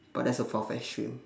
but that's a far fetched dream